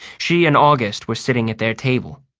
she and august were sitting at their table,